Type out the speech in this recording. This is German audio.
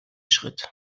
schritt